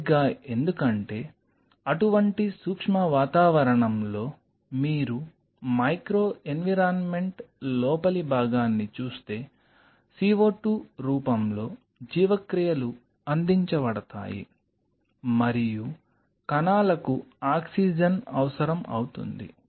సరిగ్గా ఎందుకంటే అటువంటి సూక్ష్మ వాతావరణంలో మీరు మైక్రో ఎన్విరాన్మెంట్ లోపలి భాగాన్ని చూస్తే c o 2 రూపంలో జీవక్రియలు అందించబడతాయి మరియు కణాలకు ఆక్సిజన్ అవసరం అవుతుంది